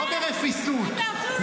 לא ברפיסות,